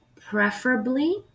preferably